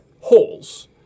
holes